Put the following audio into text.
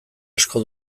asko